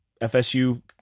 FSU